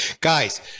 Guys